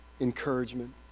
encouragement